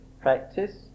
practice